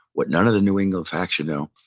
what none of the new england faction know,